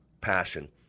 passion